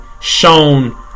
shown